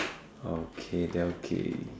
okay there okay